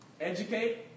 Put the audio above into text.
Educate